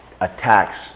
attacks